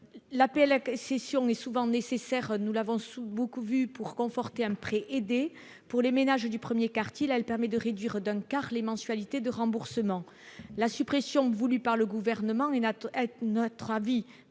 l'APL accession est souvent nécessaire, nous l'avons sous-beaucoup vu pour conforter un prêt aidé pour les ménages, du 1er quartier là le permet de réduire d'un quart les mensualités de remboursement, la suppression, voulue par le gouvernement, une atteinte